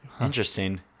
Interesting